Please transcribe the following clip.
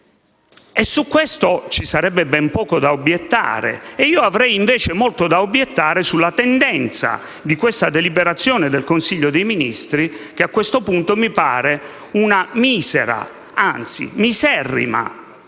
Su questo ci sarebbe ben poco da obiettare. Io avrei invece molto da obiettare su questa deliberazione del Consiglio dei Ministri, che a questo punto mi pare una misera, anzi miserrima